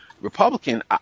Republican